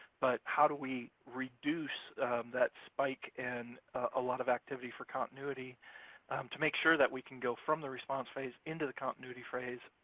but how do we reduce that spike in a lot of activity for continuity to make sure that we can go from the response phase, into the continuity phase,